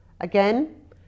Again